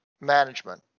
management